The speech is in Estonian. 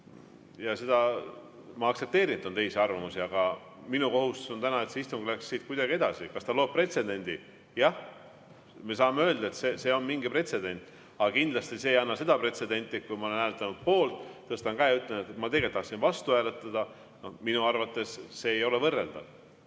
arvamusi. Ma aktsepteerin, et on teisi arvamusi, aga minu kohustus on täna, et see istung läheks siit kuidagi edasi. Kas ta loob pretsedendi? Jah, me saame öelda, et see on mingi pretsedent, aga kindlasti see ei anna pretsedenti [olukorraks], kui ma olen hääletanud poolt, tõstan käe ja ütlen, et ma tegelikult tahtsin vastu hääletada. Minu arvates see ei ole võrreldav.